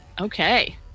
Okay